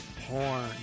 porn